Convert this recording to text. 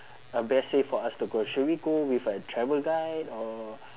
a best way for us to go should we go with a travel guide or